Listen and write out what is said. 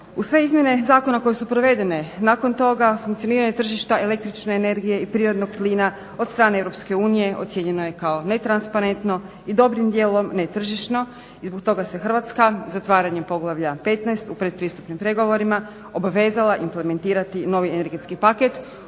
Uz sve izmjene zakona koje su provedene nakon toga funkcioniranje tržišta električne energije i prirodnog plina od strane EU ocjenjeno je kao netransparentno i dobrim dijelom netržišno i zbog toga se Hrvatska zatvaranjem Poglavlja 15. u pretpristupnim pregovorima obavezala implementirati novi energetski paket